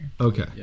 Okay